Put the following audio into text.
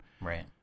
Right